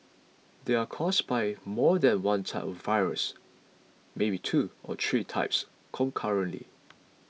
they are caused by more than one type of virus maybe two or three types concurrently